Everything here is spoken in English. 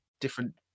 different